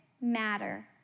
matter